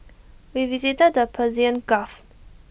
we visited the Persian gulf